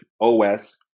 OS